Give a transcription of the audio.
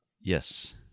Yes